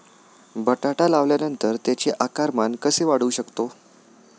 बटाटा लावल्यानंतर त्याचे आकारमान कसे वाढवू शकतो?